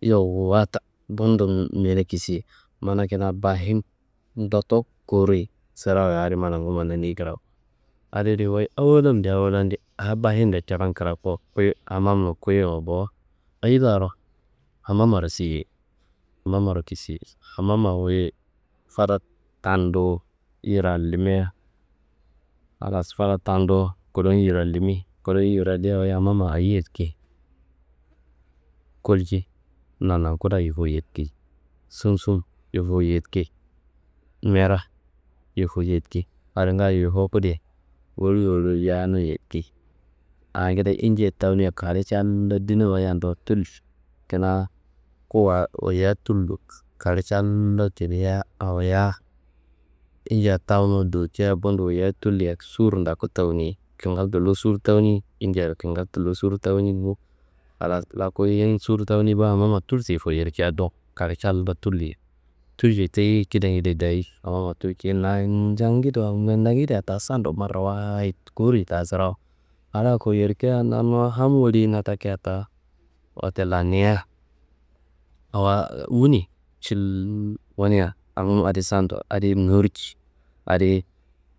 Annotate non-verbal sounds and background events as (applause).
Yowo watak, bundo mene kisiye mana kina bahim ndotto kowuruyi sirawuya adi manangu mananei krako. Adidi wuyi awollan bil awollan a bahindo coron krakua kuyi n hamam nun koyiro bo. Ayi larro? Hamamaro siyei, hamamaro kisiye, hamama wuyi fada tanduwu hirallimia, halas fada tanduwu kuduwu hirallimi, kudu hirallimia wuyi hamama ayi yediki? Kolci nanakuda yufu yediki, sumsum yufu yidiki, mera yufu yediki, adi ngayo yufu kudia woli woli yayania yediki, angede inji tawunia kalewo callo dina wayian do tulli. Kina kuwayi woyia tullu kalewo callo cilia awoya injia tawuno docia, bundo wayia tullia sur ndoku tawuni. Kingal tullo sur tawuni, injiaro kingal tullo sur tawuni bo, halas loku yin sur tawuni ba hamamá tultei fayorca dowo kalewo callo tulli. Tulcei teyi kidangede dayi hamamá (hesitation) ñando-ñandongedea ta sandu marawayid kawuriyi ta sirawu a la foyiyorcia nannu ham woliyina takia ta wote lannia. Awowa wuni, šul wunia hamama adi sandu adi nurci, adi